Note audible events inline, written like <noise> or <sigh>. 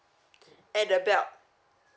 <breath> at the belt